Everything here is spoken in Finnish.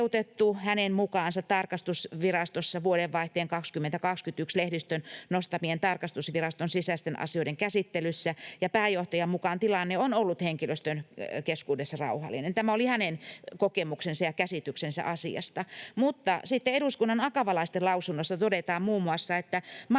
toteutettu tarkastusvirastossa vuodenvaihteen 20—21 lehdistön nostamien tarkastusviraston sisäisten asioiden käsittelyssä, ja pääjohtajan mukaan tilanne on ollut henkilöstön keskuudessa rauhallinen. Tämä oli hänen kokemuksensa ja käsityksensä asiasta, mutta sitten Eduskunnan akavalaisten lausunnossa todetaan muun muassa, että